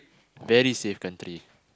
very safe country